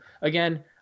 Again